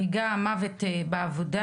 הריגה או מוות בעבודה,